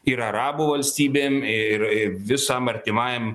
ir arabų valstybėm ir visam artimajam